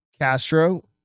Castro